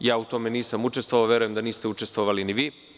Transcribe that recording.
U tome nisam učestovao, a verujem da niste učestvovali ni vi.